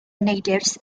natives